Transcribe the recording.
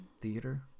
Theater